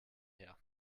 her